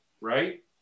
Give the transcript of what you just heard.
right